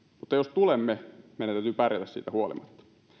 mutta jos tulemme meidän täytyy pärjätä siitä huolimatta